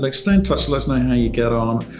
like stay in touch let us know how you get on,